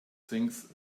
things